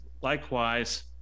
likewise